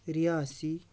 Reasi